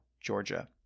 Georgia